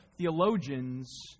Theologians